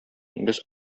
без